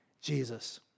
Jesus